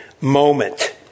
moment